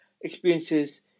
experiences